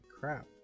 crap